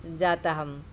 जाताहम्